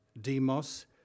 Demos